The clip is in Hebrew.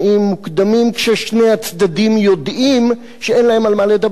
מוקדמים כששני הצדדים יודעים שאין להם על מה לדבר,